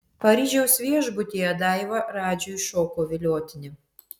paryžiaus viešbutyje daiva radžiui šoko viliotinį